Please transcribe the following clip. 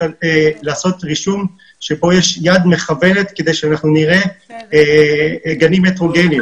לעשות רישום כאשר כאן יש יד מכוונת כדי שנראה גנים הטרוגניים ומגוונים.